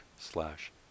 slash